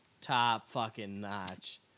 top-fucking-notch